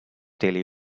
daily